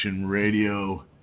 Radio